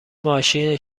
ماشین